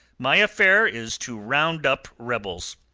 my affair is to round up rebels.